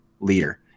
leader